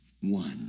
one